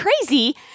crazy